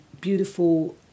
beautiful